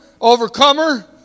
overcomer